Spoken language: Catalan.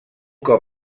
cop